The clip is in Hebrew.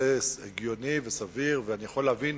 זה הגיוני וסביר, ואני יכול להבין